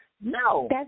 No